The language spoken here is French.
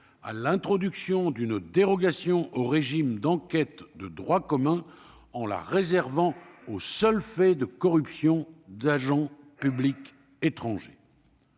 à l'introduction d'une dérogation au régime d'enquête de droit commun, en la réservant aux seuls faits de corruption d'agents publics étrangers.